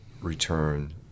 return